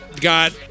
got